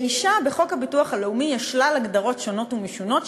לאישה בחוק הביטוח הלאומי יש שלל הגדרות שונות ומשונות,